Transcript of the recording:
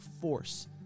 force